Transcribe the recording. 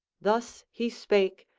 thus he spake,